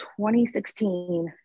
2016